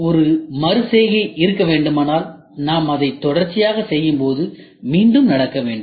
ஒரு மறு செய்கை இருக்க வேண்டுமானால் நாம் அதை தொடர்ச்சியாகச் செய்யும்போது மீண்டும் நடக்க வேண்டும்